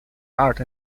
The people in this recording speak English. art